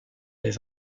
les